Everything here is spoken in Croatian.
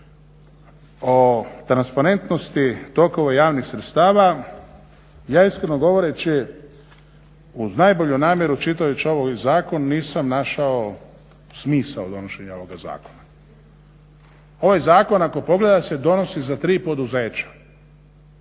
o transparentnosti tokova javnih sredstava, ja iskreno govoreći uz najbolju namjeru čitajući ovaj zakon nisam našao smisao donošenja ovog zakona. Ovaj zakon ako pogledate donosi se za tri poduzeća.